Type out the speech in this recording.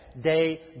day